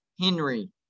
Henry